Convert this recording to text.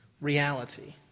reality